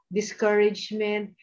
discouragement